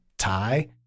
tie